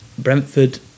Brentford